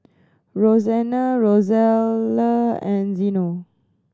Roseanna Rosella and Zeno